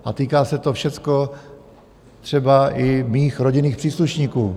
A týká se to všecko třeba i mých rodinných příslušníků.